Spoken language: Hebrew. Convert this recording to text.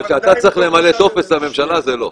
אבל כשאתה צריך למלא טופס לממשלה זה לא.